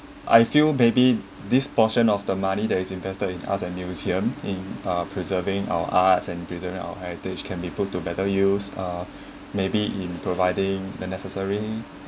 I feel maybe this portion of the money that is invested in arts and museum in uh preserving our arts and preserving our heritage can be put to better use uh maybe in providing the necessary